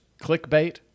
clickbait